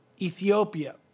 Ethiopia